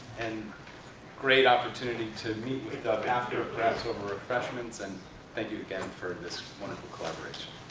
and great opportunity to meet with dov after. grab some ah refreshments. and thank you again for this wonderful collaboration.